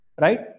right